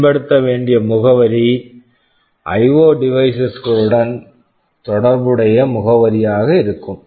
பயன்படுத்த வேண்டிய முகவரி ஐஓ IO டிவைஸஸ் devices களுடன் தொடர்புடைய முகவரியாக இருக்கும்